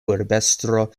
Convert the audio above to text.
urbestro